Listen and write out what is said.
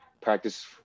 practice